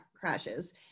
crashes